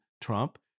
Trump